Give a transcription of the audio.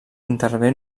intervé